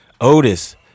Otis